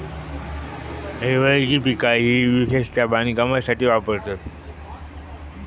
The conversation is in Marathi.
हिरवळीची पिका ही विशेषता बांधकामासाठी वापरतत